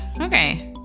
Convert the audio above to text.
Okay